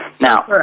Now